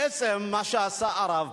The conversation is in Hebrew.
בעצם מה שעשה הרב,